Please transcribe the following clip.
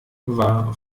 war